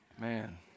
Man